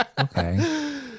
Okay